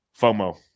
FOMO